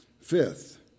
Fifth